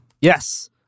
yes